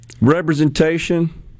representation